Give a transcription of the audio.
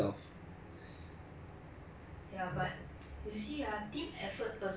obviously I think that team effort will be much better lah if it's a group work